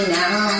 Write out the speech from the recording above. now